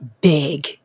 big